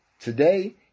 today